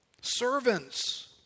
servants